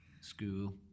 school